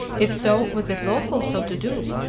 if so, was it lawful so to do?